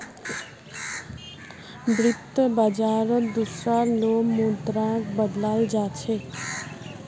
वित्त बाजारत दुसरा लो मुद्राक बदलाल जा छेक